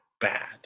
bad